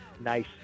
nice